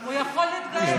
הוא יכול להתגייר.